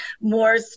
more